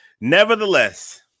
nevertheless